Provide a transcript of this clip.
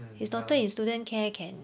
his daughter in student care can